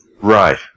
Right